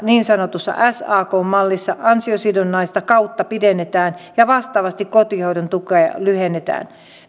niin sanotussa sakn mallissa ansiosidonnaista kautta pidennetään ja vastaavasti kotihoidon tukea lyhennetään